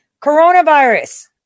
Coronavirus